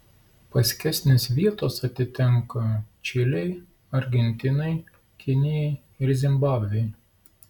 paskesnės vietos atitenka čilei argentinai kinijai ir zimbabvei